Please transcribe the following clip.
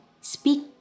speak